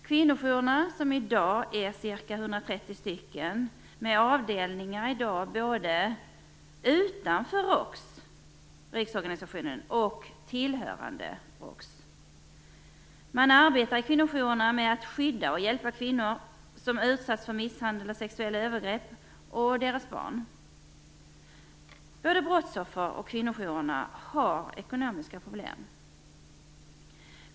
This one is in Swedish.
Kvinnojourerna är i dag till antalet ca 130 med avdelningar både utanför ROKS, riksorganisationen, och tillhörande ROKS. De arbetar för att skydda och hjälpa kvinnor som utsatts för misshandel och sexuella övergrepp samt deras barn. Både brottsoffer och kvinnojourerna har ekonomiska problem.